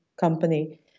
company